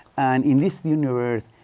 and in this universe,